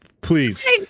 please